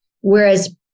Whereas